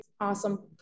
awesome